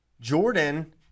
Jordan